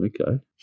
Okay